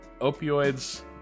opioids